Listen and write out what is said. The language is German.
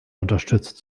unterstützt